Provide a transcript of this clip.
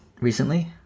recently